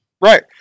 right